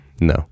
No